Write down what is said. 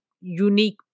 unique